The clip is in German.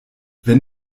wenn